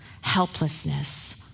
helplessness